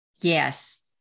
Yes